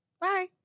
Bye